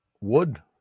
wood